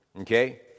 Okay